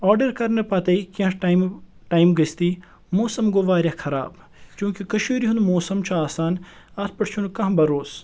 order کرنہٕ پتے کیٚنٛہہ ٹایمہٕ ٹایم گٔژھتھٕے موسم گوٚو واریاہ خراب چوٗنٛکہِ کٔشیٖرِ ہُنٛد موسم چھُ آسان اَتھ پٮ۪ٹھ چھُنہٕ کانٛہہ بھروسہٕ